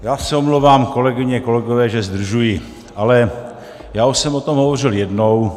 Já se omlouvám, kolegyně, kolegové, že zdržuji, ale já už jsem o tom hovořil jednou.